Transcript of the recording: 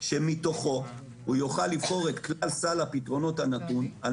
שמתוכו הוא יוכל לבחור את כלל סל הפתרונות הנתון על